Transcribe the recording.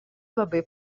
labai